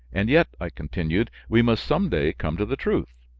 and yet, i continued, we must some day come to the truth.